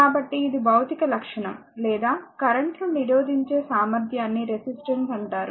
కాబట్టి ఇది భౌతిక లక్షణం లేదా కరెంట్ ను నిరోధించే సామర్థ్యాన్ని రెసిస్టెన్స్ అంటారు